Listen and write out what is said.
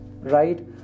right